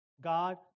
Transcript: God